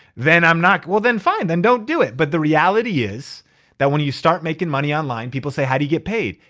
then i'm not. well, then fine. then don't do it. but the reality is that when you start making money online, people say, how do you get paid?